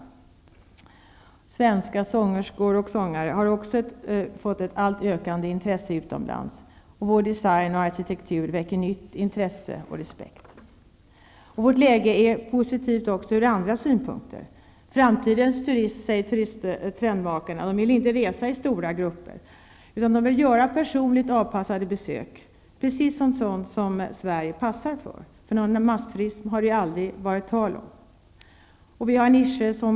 Svenska sångerskor och sångare har också fått ett allt ökande intresse utomlands. Vår design och arkitektur väcker nytt intresse och respekt. Vårt läge är positivt också ur andra synpunkter. Framtidens trendmakarna vill inte resa i stora grupper. De vill göra personligt avpassade besök, precis vad Sverige passar för. Någon massturism har det aldrig varit tal om.